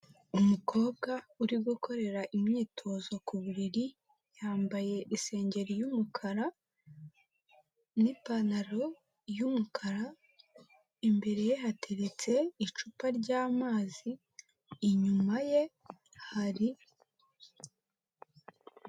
Umukobwa uri gukorera imyitozo ku buriri, yambaye isengeri y'umukara, n'ipantaro y'umukara, imbere ye hateretse icupa ry'amazi, inyuma ye hari.